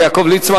הרב יעקב ליצמן.